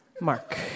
Mark